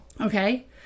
Okay